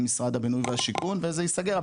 עם משרד הבינוי והשיכון וזה ייסגר,